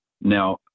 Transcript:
Now